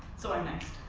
so i'm next.